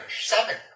Seven